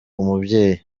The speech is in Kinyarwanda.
umubyeyi